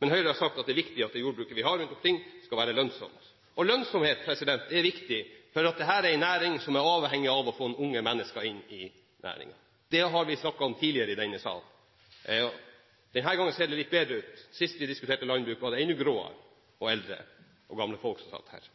Men Høyre har sagt at det er viktig at det jordbruket vi har rundt omkring, skal være lønnsomt. Og lønnsomhet er viktig, for dette er en næring som er avhengig av å få unge mennesker inn. Det har vi snakket om tidligere i denne salen. Denne gangen ser det litt bedre ut – sist vi diskuterte landbruk, var det enda gråere og eldre folk som satt her.